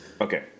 Okay